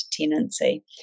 tenancy